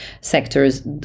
sectors